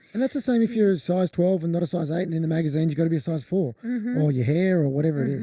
and that's a sign if you're a size twelve and not a size eight, and in the magazines, you gotta be a size four or your hair or whatever it is.